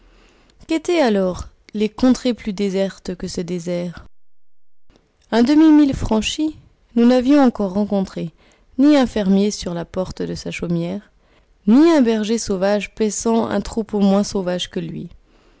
qu'étaient alors les contrées plus désertes que ce désert un demi-mille franchi nous n'avions encore rencontré ni un fermier sur la porte de sa chaumière ni un berger sauvage paissant un troupeau moins sauvage que lui